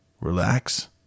relax